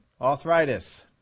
Arthritis